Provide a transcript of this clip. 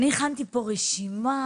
אני הכנתי פה רשימה,